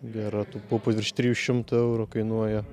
gera tų pupų virš trijų šimtų eurų kainuoja